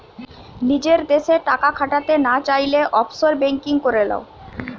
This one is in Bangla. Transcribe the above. নিজের দেশে টাকা খাটাতে না চাইলে, অফশোর বেঙ্কিং করে লাও